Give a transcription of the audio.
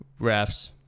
refs